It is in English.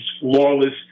flawless